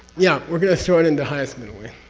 yeah, we're going to throw it in the highest middle way,